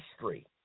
history